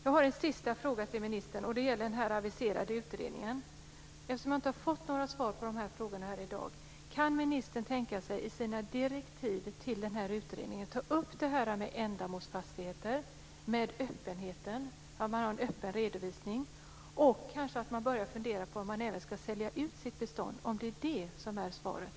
Jag har en sista fråga till ministern, och det gäller den aviserade utredningen. Eftersom jag inte har fått några svar på frågorna här i dag: Kan ministern tänka sig att i sina direktiv till den här utredningen ta upp det här med ändamålsfastigheter, med öppenheten, dvs. att man har en öppen redovisning, och att man kanske ska börja fundera på om man även ska sälja ut sitt bestånd om det är det som är svaret?